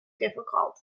difficult